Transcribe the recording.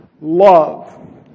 Love